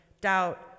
doubt